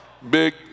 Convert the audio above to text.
Big